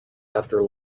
after